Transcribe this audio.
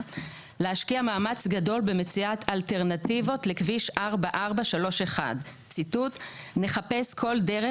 להשקיע מאמץ גדול במציאת אלטרנטיבות לכביש 4431. ציטוט "נחפש כל דרך